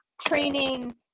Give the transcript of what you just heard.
training